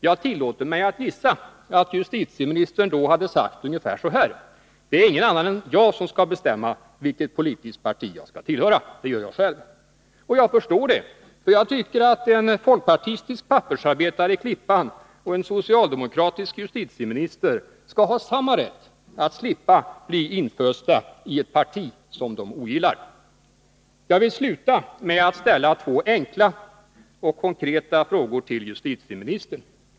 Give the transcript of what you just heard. Jag tillåter mig att gissa att justitieministern då hade sagt ungefär så här: Det är ingen annan än jag som skall bestämma vilket politiskt parti jag skall tillhöra. Det gör jag själv. Jag förstår det, för jag tycker att en folkpartistisk pappersarbetare i Klippan och en socialdemokratisk justitieminister skall ha samma rätt att slippa bli infösta i ett parti som de ogillar. Jag vill sluta med att ställa två enkla och konkreta frågor till justitieministern.